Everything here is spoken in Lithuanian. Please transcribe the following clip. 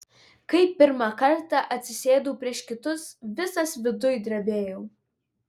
kai pirmą kartą atsisėdau prieš kitus visas viduj drebėjau